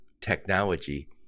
technology